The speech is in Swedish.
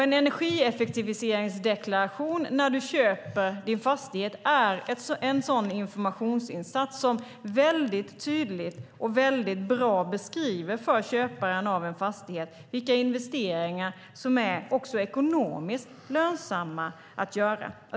En energieffektiviseringsdeklaration när du köper din fastighet är en sådan informationsinsats som tydligt och bra beskriver för köparen av en fastighet vilka investeringar som är ekonomiskt lönsamma att göra.